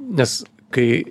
nes kai